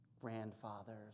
grandfathers